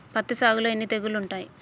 పత్తి సాగులో ఎన్ని తెగుళ్లు ఉంటాయి?